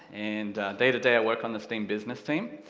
and, day-to-day i work on the steam business team,